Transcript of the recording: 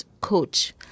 coach